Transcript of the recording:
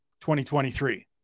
2023